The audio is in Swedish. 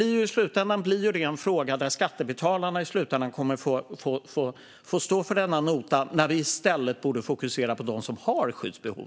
I slutändan blir det skattebetalarna som kommer att få stå för denna nota när vi i stället borde fokusera på dem som har skyddsbehov.